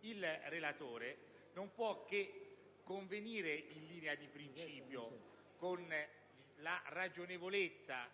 Il relatore non può che convenire in linea di principio con la ragionevolezza